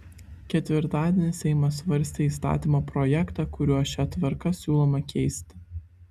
ketvirtadienį seimas svarstė įstatymo projektą kuriuo šią tvarką siūloma keisti